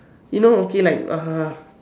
you know okay like uh